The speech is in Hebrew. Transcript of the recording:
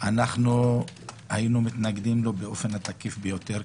אנחנו היינו מתנגדים לו באופן התקיף ביותר.